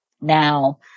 Now